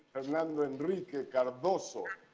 hernando enrique cardoso,